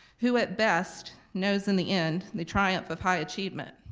who at best knows in the end the triumph of high achievement,